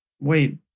wait